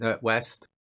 west